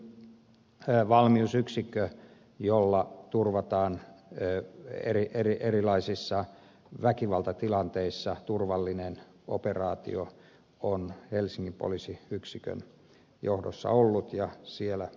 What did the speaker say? myöskin valmiusyksikkö jolla turvataan erilaisissa väkivaltatilanteissa turvallinen operaatio on helsingin poliisiyksikön johdossa ollut ja siellä myöskin pysyi